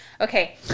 Okay